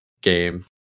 game